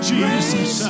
Jesus